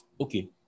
Okay